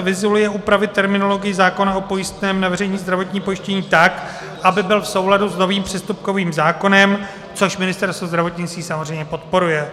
Vyzuly je upravit terminologii zákona o pojistném na veřejné zdravotním pojištění tak, aby byl v souladu s novým přestupkovým zákonem, což Ministerstvo zdravotnictví samozřejmě podporuje.